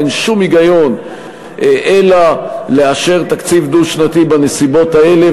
אין שום היגיון אלא לאשר תקציב דו-שנתי בנסיבות האלה,